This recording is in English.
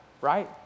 right